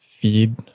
feed